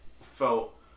felt